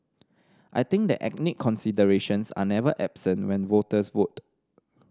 I think that ethnic considerations are never absent when voters vote